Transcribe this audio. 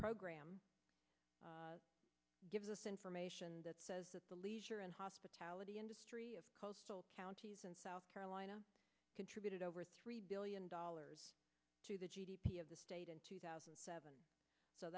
program gives us information that says that the leisure and hospitality industry of coastal counties in south carolina contributed over three billion dollars to the g d p of the state in two thousand and seven so